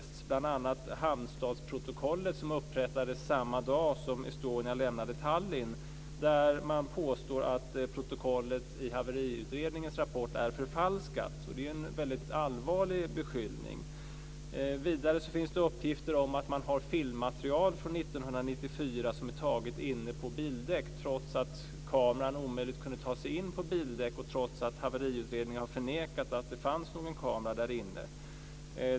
Det gällde bl.a. det hamnstadsprotokoll som upprättades samma dag som Estonia lämnade Tallin. Där påstår man att protokollet i Haveriutredningens rapport är förfalskat, och det är en väldigt allvarlig beskyllning. Vidare finns det uppgifter om att man har filmmaterial från 1994 med bilder som är tagna på bildäck, trots att man omöjligt kunde ta sig in på bildäck och trots att Haveriutredningen har förnekat att det fanns någon kamera därinne.